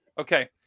Okay